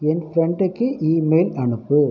என் ஃப்ரெண்டுக்கு ஈமெயில் அனுப்பு